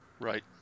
Right